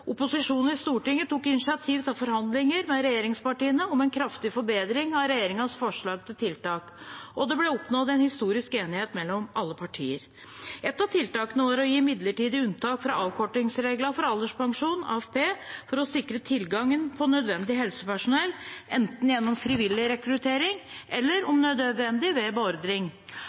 Opposisjonen i Stortinget tok initiativ til forhandlinger med regjeringspartiene om en kraftig forbedring av regjeringens forslag til tiltak, og det ble oppnådd en historisk enighet mellom alle partier. Ett av tiltakene var å gi et midlertidig unntak fra avkortingsreglene for alderspensjon – AFP – for å sikre tilgang på nødvendig helsepersonell, enten gjennom frivillig rekruttering eller, om nødvendig, ved beordring.